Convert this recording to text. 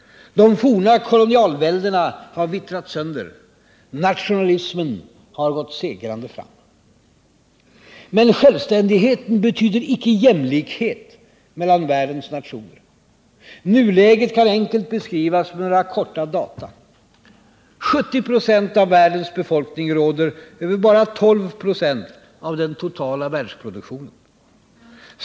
De forna kolonialväldena har vittrat sönder, nationalismen har gått segrande fram. Men självständigheten betyder icke jämlikhet mellan världens nationer. Nuläget kan enkelt beskrivas med några korta data: 70 96 av världens befolkning råder över bara 12 96 av den totala världsproduktionen.